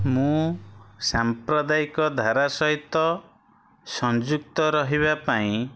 ମୁଁ ସାମ୍ପ୍ରଦାୟିକ ଧାରା ସହିତ ସଂଯୁକ୍ତ ରହିବା ପାଇଁ